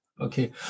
okay